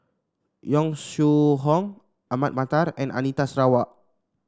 Yong Shu Hoong Ahmad Mattar and Anita Sarawak